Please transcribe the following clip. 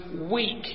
weak